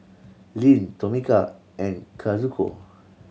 Lyn Tomeka and Kazuko